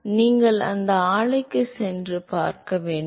எனவே நீங்கள் இந்த ஆலைக்கு சென்று பார்க்க வேண்டும்